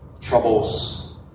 troubles